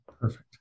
Perfect